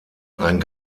ein